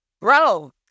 bro